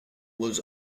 was